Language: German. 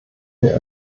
wir